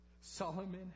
Solomon